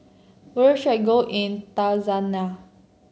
where should I go in Tanzania